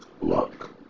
luck